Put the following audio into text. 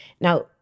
Now